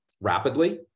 rapidly